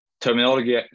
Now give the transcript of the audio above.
terminology